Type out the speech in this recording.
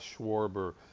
schwarber